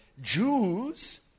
Jews